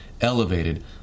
elevated